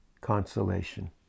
consolation